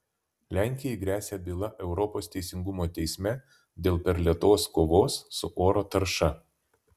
lenkijai gresia byla europos teisingumo teisme dėl per lėtos kovos su oro tarša